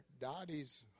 Dottie's